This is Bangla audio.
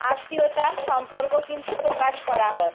আত্মীয়তার সম্পর্ক কিন্তু প্রকাশ করা হয়